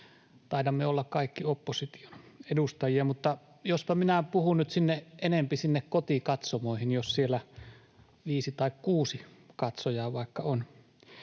taidamme olla kaikki opposition edustajia — mutta jospa minä puhun nyt enempi sinne kotikatsomoihin, jos siellä viisi tai kuusi katsojaa vaikka on.